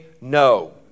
no